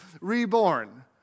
Reborn